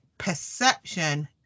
perception